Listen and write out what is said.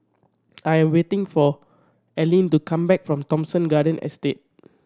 I am waiting for Aleen to come back from Thomson Garden Estate